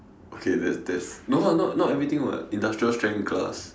okay that that no ah not not everything [what] industrial strength glass